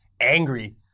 angry